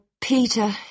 Peter